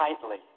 tightly